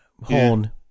horn